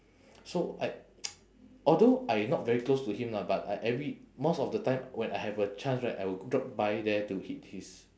so I although I not very close to him lah but I every most of the time when I have a chance right I will drop by there to eat his